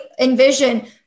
envision